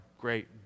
great